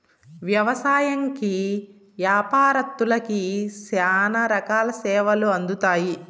వ్యవసాయంకి యాపారత్తులకి శ్యానా రకాల సేవలు అందుతాయి